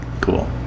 Cool